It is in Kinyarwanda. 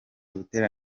butera